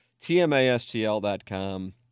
TMASTL.com